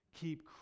Keep